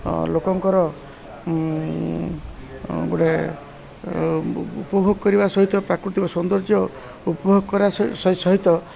ଲୋକଙ୍କର ଗୋଟେ ଉପଭୋଗ କରିବା ସହିତ ପ୍ରାକୃତିକ ସୌନ୍ଦର୍ଯ୍ୟ ଉପଭୋଗ କରବା ସହିତ